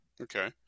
Okay